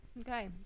Okay